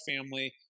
family